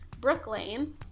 brooklane